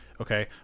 Okay